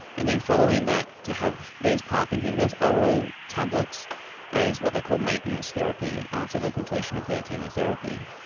and then following that to have these parp inhibitors, oral tablets as what they call maintenance therapy after the completion of their chemotherapy.